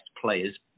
players